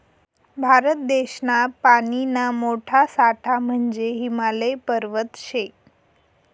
भारत देशना पानीना मोठा साठा म्हंजे हिमालय पर्वत शे